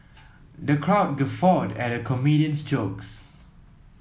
the crowd guffawed at the comedian's jokes